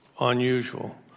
unusual